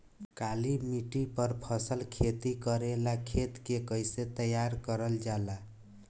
काली मिट्टी पर फसल खेती करेला खेत के कइसे तैयार करल जाला?